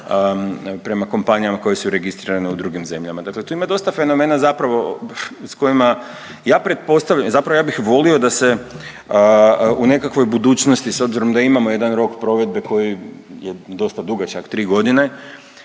prema kompanijama koje su registrirane u drugim zemljama. Dakle tu ima dosta fenomena zapravo s kojima, ja pretpostavljam, zapravo ja bih volio da se u nekakvoj budućnosti s obzirom da imamo jedan rok provedbe koji je dosta dugačak, 3.g.,